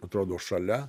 atrodo šalia